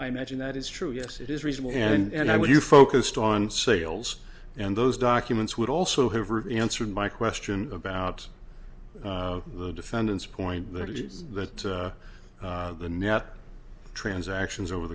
i imagine that is true yes it is reasonable and i when you focused on sales and those documents would also have answered my question about the defendant's point that is that the net transactions over